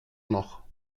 noch